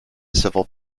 civil